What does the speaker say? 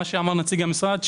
כפי שאמר נציג המשרד,